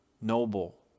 noble